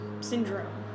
syndrome